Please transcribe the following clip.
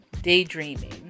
daydreaming